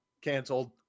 cancelled